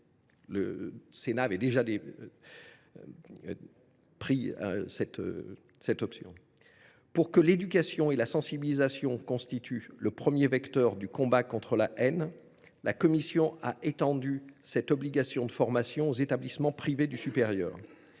d’ailleurs déjà prononcé en ce sens. Parce que l’éducation et la sensibilisation constituent le premier vecteur du combat contre la haine, la commission a étendu cette obligation de formation aux établissements privés du supérieur.